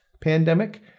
pandemic